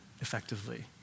effectively